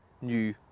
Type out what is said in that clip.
new